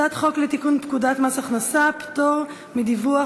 הצעת החוק התקבלה, והיא תעבור לדיון